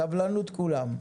סבלנות כולם.